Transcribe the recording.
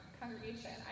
congregation